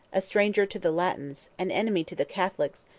a stranger to the latins, an enemy to the catholics,